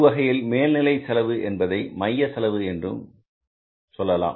ஒருவகையில் மேல் நிலை செலவு என்பதை மைய செலவு என்றும் சொல்லலாம்